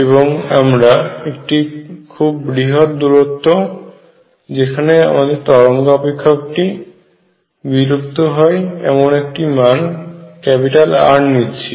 এবং আমরা একটি খুব বৃহৎ দূরত্ব যেখানে আমদের তরঙ্গ অপাক্ষকটি বিলুপ্ত হয় এমন একটি মান R নিচ্ছি